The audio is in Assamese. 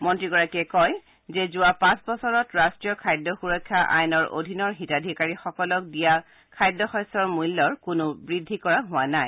মন্ত্ৰীগৰাকীয়ে কয় যে যোৱা পাঁচ বছৰত ৰাষ্ট্ৰীয় খাদ্য সূৰক্ষা আইনৰ অধিনৰ হিতাধিকাৰীসকলক দিয়া খাদ্য শস্যৰ মূল্যৰ কোনো বৃদ্ধি কৰা হোৱা নাই